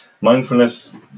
mindfulness